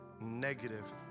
negative